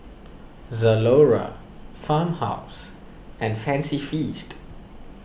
Zalora Farmhouse and Fancy Feast